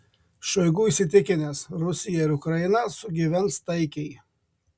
šoigu įsitikinęs rusija ir ukraina sugyvens taikiai